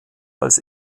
als